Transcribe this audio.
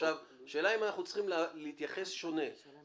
עכשיו השאלה היא אם אנחנו צריכים להתייחס שונה לכלי